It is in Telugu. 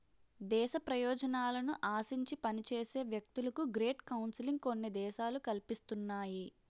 దేశ ప్రయోజనాలను ఆశించి పనిచేసే వ్యక్తులకు గ్రేట్ కౌన్సిలింగ్ కొన్ని దేశాలు కల్పిస్తున్నాయి